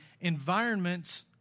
environments